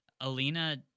Alina